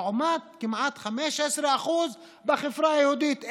לעומת כמעט 15% בחברה היהודית.